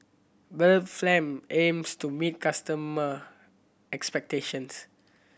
Blephagel aims to meet customer expectations